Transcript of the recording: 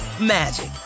magic